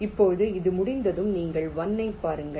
இப்போது இது முடிந்ததும் நீங்கள் 1 ஐப் பாருங்கள்